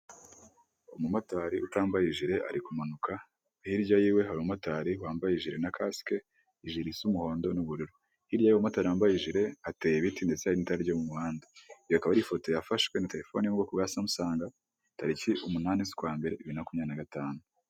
Umumotari utambaye ijire ari kumanuka hirya yiwe hari umumotari wambaye ijiri na kasike, ijiri isa umuhondo n'ubururu, hirya umumotari wambaye ijiri hateye ibiti ndetse hari n'itara ryo ku muhanda, iyi akaba ari ifoto yafashwe na terefone yo mu bwoko bwa samusanga itariki umunani z'ukwa mbere bibiri na makumyabiri na gatanu.